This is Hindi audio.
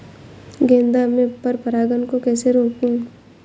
गेंदा में पर परागन को कैसे रोकुं?